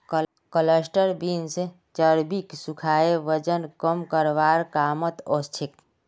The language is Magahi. क्लस्टर बींस चर्बीक सुखाए वजन कम करवार कामत ओसछेक